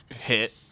hit